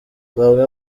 bamwe